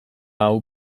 hau